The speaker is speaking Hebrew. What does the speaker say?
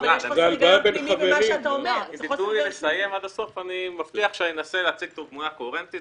אם תיתנו לי לסיים משפט אני מבטיח שאני אנסה להציג תמונה קוהרנטית.